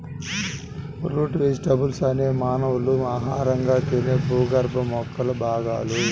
route vegetables అనేది మానవులు ఆహారంగా తినే భూగర్భ మొక్కల భాగాలు